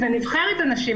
וזה נבחרת הנשים,